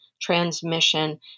transmission